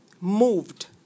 moved